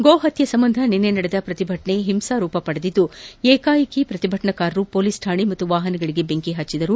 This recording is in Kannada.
ಗೋಹತ್ನೆ ಸಂಬಂಧ ನಿನ್ನೆ ನಡೆದ ಪ್ರತಿಭಟನೆ ಹಿಂಸಾ ರೂಪ ಪಡೆದಿದ್ದು ಏಕಾಏಕಿ ಪ್ರತಿಭಟನಾಕಾರರು ಪೊಲೀಸ್ ಠಾಣೆ ಹಾಗೂ ವಾಹನಗಳಿಗೆ ಬೆಂಕಿ ಹಚ್ಚಿದ್ದಾರೆ